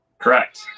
Correct